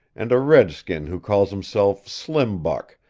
and a redskin who calls himself slim buck,